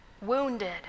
wounded